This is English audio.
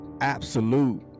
absolute